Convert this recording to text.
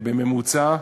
בממוצע,